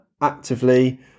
actively